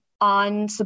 on